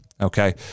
Okay